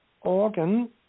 organ